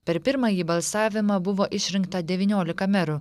per pirmąjį balsavimą buvo išrinkta devyniolika merų